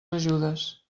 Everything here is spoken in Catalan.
ajudes